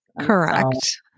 Correct